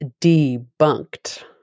Debunked